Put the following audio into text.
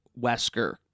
Wesker